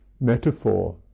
metaphor